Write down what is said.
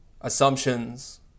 assumptions